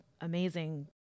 amazing